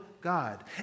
God